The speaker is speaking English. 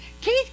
Keith